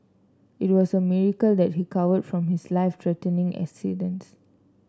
it was a miracle that he recovered from his life threatening accidents